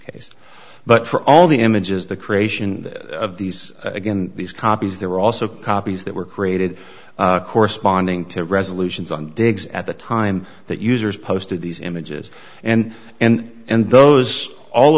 case but for all the images the creation of these again these copies there were also copies that were created corresponding to resolutions on digs at the time that users posted these images and and and those all